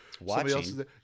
watching